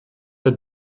der